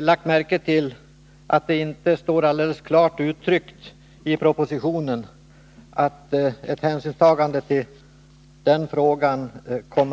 lagt märke till att det i propositionen inte står klart uttryckt att ett sådant hänsynstagande kommer att äga rum.